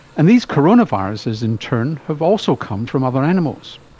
and these coronaviruses in turn have also come from other animals.